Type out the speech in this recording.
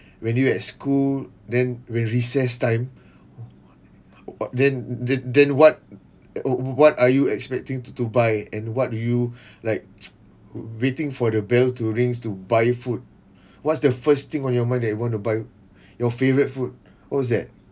when you at school then when recess time wha~ then then then what what are you expecting to to buy and what do you like waiting for the bell to rings to buy food what's the first thing on your mind that you want to buy your favorite food what's that